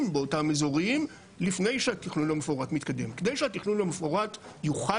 באותם אזורים לפני שהתכנון המפורט מתקדם כדי שהתכנון המפורט יוכל